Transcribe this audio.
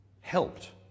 helped